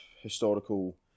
historical